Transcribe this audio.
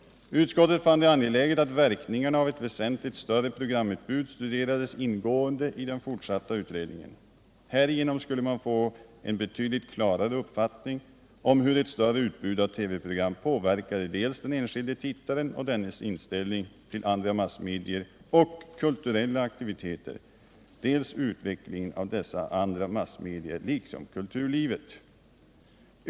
Utskottet fann det angeläget att verkningarna av ett väsentligt större programutbud studerades ingående i den fortsatta utredningen. Härigenom skulle man få en betydligt klarare uppfattning om hur ett större utbud av TV-program påverkade dels den enskilde tittaren och dennes inställning till andra massmedier och kulturella aktiviteter, dels utvecklingen av dessa andra massmedier inom kulturlivet.